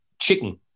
chicken